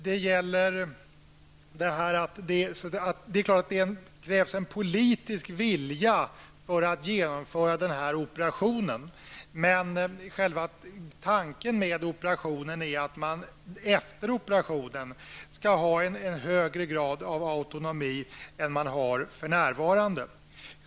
Det krävs en politisk vilja för att man skall kunna genomföra den här operationen, men tanken bakom den är att man efteråt skall ha en högre grad av autonomi än man för närvarande har.